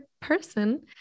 person